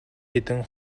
хэдэн